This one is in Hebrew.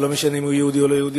ולא משנה אם הוא יהודי או לא יהודי,